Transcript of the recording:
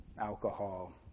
alcohol